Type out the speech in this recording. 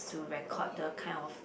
to record the kind of